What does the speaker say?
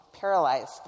paralyzed